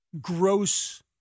gross